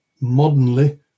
modernly